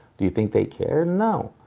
do you think they care? no.